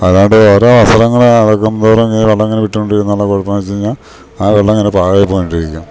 അല്ലാണ്ട് ഓരോ വസ്ങ്ങത്രങ്ങള് അലക്കുന്തോറും ഇ വെള്ളങ്ങനെ വിട്ടോണ്ടിരിന്നാലുള്ള കൊഴപ്പംന്ന് വെച്ച് കഴിഞ്ഞാ ആ വെള്ളംങ്ങനെ പാഴായിപോയോണ്ടിരിക്കും